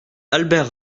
albert